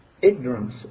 Ignorance